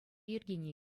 йӗркене